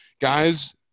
Guys